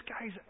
guy's